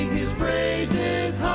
his praises